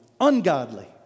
ungodly